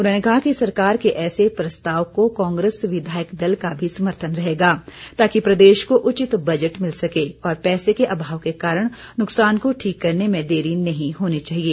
उन्होंने कहा कि सरकार के ऐसे प्रस्ताव को कांग्रेस विधायक दल का भी समर्थन रहेगा ताकि प्रदेश को उचित बजट मिल सके और पैसे के अभाव के कारण नुक्सान को ठीक करने में देरी नहीं होनी चाहिए